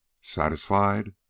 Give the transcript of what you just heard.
satisfied